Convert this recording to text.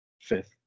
fifth